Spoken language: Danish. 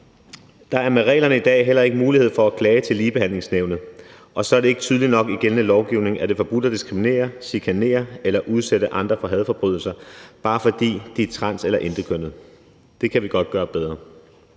Der er med reglerne i dag heller ikke mulighed for at klage til Ligebehandlingsnævnet, og så er det ikke tydeligt nok i gældende lovgivning, at det er forbudt at diskriminere, chikanere eller udsætte andre for hadforbrydelser, bare fordi de er trans- eller intetkønnede. Det kan vi godt gøre bedre.